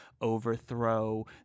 overthrow